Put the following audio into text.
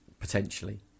Potentially